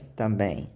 também